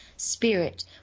Spirit